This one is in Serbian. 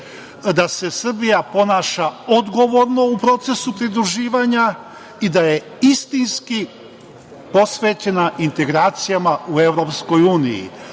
da se Srbija ponaša odgovorno u procesu pridruživanja i da je istinski posvećena integracijama u EU.